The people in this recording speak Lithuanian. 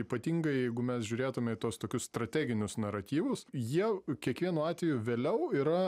ypatingai jeigu mes žiūrėtume į tuos tokius strateginius naratyvus jie kiekvienu atveju vėliau yra